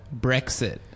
Brexit